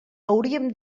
hauríem